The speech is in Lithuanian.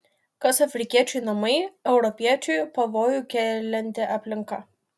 kas afrikiečiui namai europiečiui pavojų kelianti aplinka